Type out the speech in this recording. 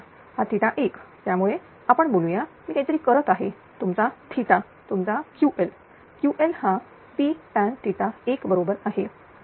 हा 1 त्यामुळे आपण बोलूया मी काहीतरी करत आहे तुमचाQ तुमचा Ql Ql हा p tan1 बरोबर आहे